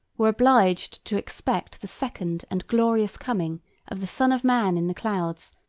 were obliged to expect the second and glorious coming of the son of man in the clouds,